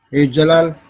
jalal.